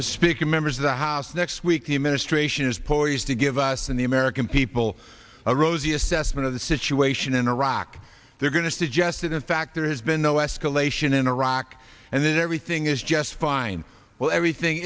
speak to members of the house next week the administration is poised to give us the american people a rosy assessment of the situation in iraq they're going to suggest that in fact there has been no escalation in iraq and there everything is just fine well everything